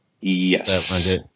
yes